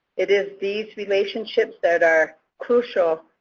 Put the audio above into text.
it is these relationships that are crucial.